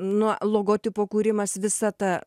nuo logotipo kūrimas visa ta